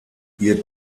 ihr